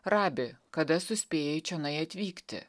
rabi kada suspėjai čionai atvykti